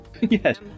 Yes